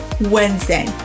Wednesday